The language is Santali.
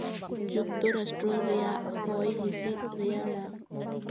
ᱡᱩᱠᱛᱚ ᱨᱟᱥᱴᱨᱚ ᱨᱮᱭᱟᱜ ᱦᱚᱭ ᱦᱤᱸᱥᱤᱫ ᱨᱮᱭᱟᱲᱟ